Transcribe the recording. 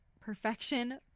perfection